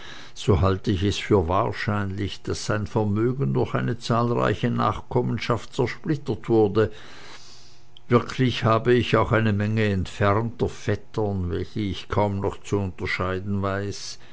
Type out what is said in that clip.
so halte ich es für wahrscheinlich daß sein vermögen durch eine zahlreiche nachkommenschaft zersplittert wurde wirklich habe ich auch eine menge entfernter vettern welche ich kaum noch zu unterscheiden weiß